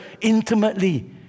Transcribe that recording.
intimately